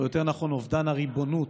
או יותר נכון אובדן הריבונות,